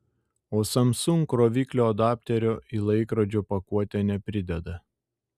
o samsung kroviklio adapterio į laikrodžio pakuotę neprideda